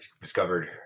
Discovered